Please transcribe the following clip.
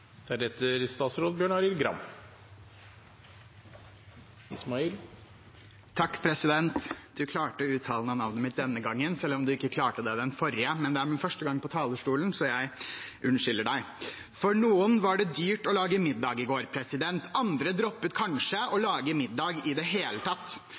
klarte å uttale navnet mitt denne gangen, selv om du ikke klarte det den forrige. Men det er første gang på talerstolen, så jeg unnskylder deg. For noen var det dyrt å lage middag i går. Andre droppet kanskje å lage middag i det hele tatt.